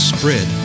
Spread